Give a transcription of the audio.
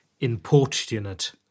importunate